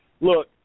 Look